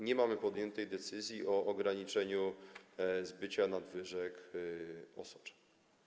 Nie mamy też podjętej decyzji o ograniczeniu zbycia nadwyżek osocza.